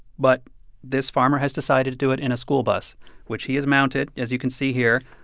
but this farmer has decided to do it in a school bus which he has mounted, as you can see here,